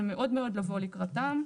זה מאוד מאוד לבוא לקראתם.